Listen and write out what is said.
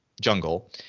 jungle